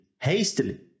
hastily